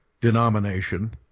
denomination